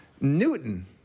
Newton